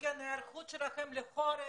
גם ההיערכות שלכם לחורף,